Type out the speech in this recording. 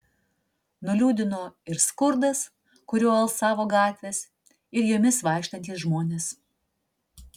nuliūdino ir skurdas kuriuo alsavo gatvės ir jomis vaikštantys žmonės